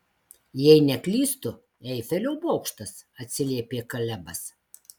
jei neklystu eifelio bokštas atsiliepė kalebas